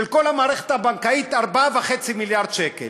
של כל המערכת הבנקאית, 4.5 מיליארד שקל.